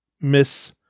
miss